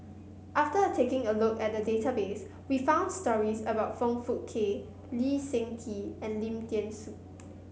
after taking a look at the database we found stories about Foong Fook Kay Lee Seng Tee and Lim Thean Soo